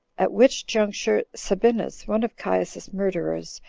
at which juncture sabinus, one of caius's murderers,